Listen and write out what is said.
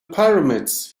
pyramids